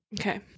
Okay